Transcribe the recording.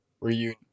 Reunion